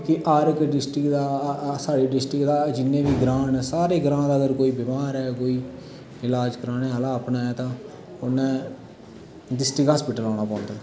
ते हर इक डिस्ट्रिक्ट दा साढ़ै डिस्ट्रिक्ट दा जिन्ने बी इदर ग्रां न सारे ग्रां दा गै अगर कोई बीमार ऐ कोई इलाज कराने आह्ला अपने ता उने डिस्ट्रिक्ट हास्पिटल औना पौंदा